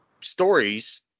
stories